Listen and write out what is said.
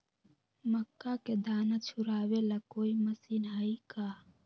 मक्का के दाना छुराबे ला कोई मशीन हई का?